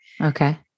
Okay